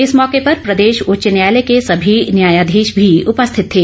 इस मौके पर प्रदेश उच्च न्यायालय के सभी न्यायाधीश भी उपस्थित थे